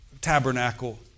tabernacle